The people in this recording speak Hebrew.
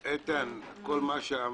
איתן, כל מה שאמרת,